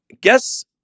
Guess